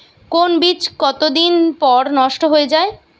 কোন বীজ কতদিন পর নষ্ট হয়ে য়ায়?